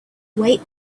wait